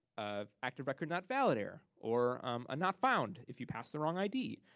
ah active record not valid error or a not found, if you pass the wrong id,